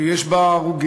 ויש בה הרוגים,